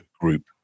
group